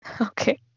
Okay